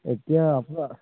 এতিয়া আপ